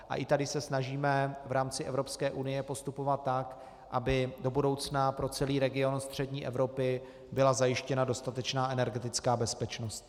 A i tady se snažíme v rámci Evropské unie postupovat tak, aby do budoucna pro celý region střední Evropy byla zajištěna dostatečná energetická bezpečnost.